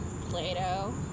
Play-Doh